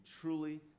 truly